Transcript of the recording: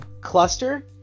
cluster